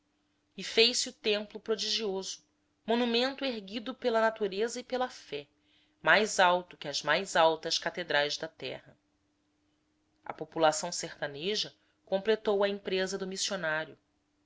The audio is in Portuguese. fez-se o templo prodigioso monumento erguido pela natureza e pela fé mais alto que as mais altas catedrais da terra a população sertaneja completou a empresa do missionário